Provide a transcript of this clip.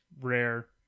rare